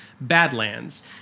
Badlands